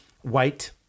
white